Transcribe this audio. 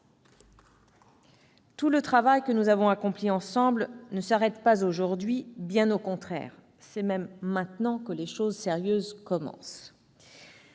Tout le travail que nous avons accompli ensemble ne s'arrête pas aujourd'hui, bien au contraire. C'est même maintenant que les choses sérieuses commencent.